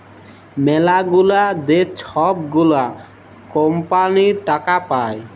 ম্যালাগুলা যে ছব গুলা কম্পালির টাকা পায়